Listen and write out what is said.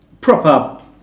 Proper